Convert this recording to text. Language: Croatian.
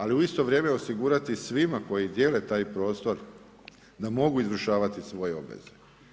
Ali i u isto vrijeme osigurati svima koji dijele taj prostor da mogu izvršavati svoje obveze.